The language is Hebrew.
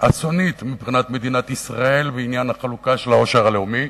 אסונית מבחינת מדינת ישראל בעניין החלוקה של העושר הלאומי.